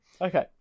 Okay